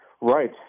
Right